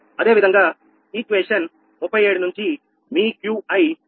అదేవిధంగా సమీకరణం 37 నుంచి మీ Qki